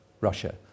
Russia